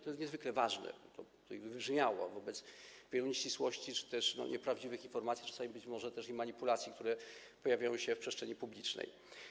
To jest niezwykle ważne, żeby to wybrzmiało, wobec wielu nieścisłości czy też nieprawdziwych informacji, czasami być może manipulacji, które pojawiały się w przestrzeni publicznej.